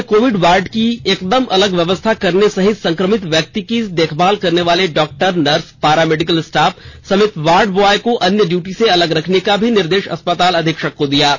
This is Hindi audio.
उन्होंने कोविड वार्ड की एकदम अलग व्यवस्था करने सहित संक्रमित व्यक्ति की देखभाल करने वाले doctor nurse para medical staff सहित वार्डबॉय को अन्य ड्यूटी से अलग रखने का निर्देश अस्पताल अधीक्षक को दिया